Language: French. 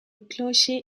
clocher